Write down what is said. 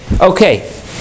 Okay